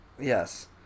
Yes